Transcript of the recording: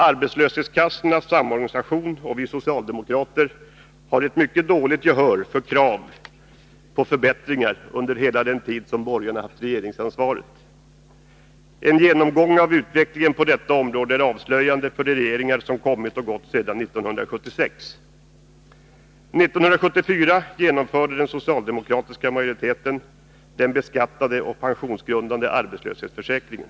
Arbetslöshetskassornas samorganisation och vi socialdemokrater har haft ett mycket dåligt gehör för krav på förbättringar under hela den tid som borgarna haft regeringsansvaret. En genomgång av utvecklingen på detta område är avslöjande för de regeringar som kommit och gått sedan 1976. År 1974 genomförde den socialdemokratiska majoriteten den beskattade och pensionsgrundande arbetslöshetsförsäkringen.